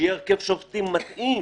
ושיהיה הרכב שופטים מתאים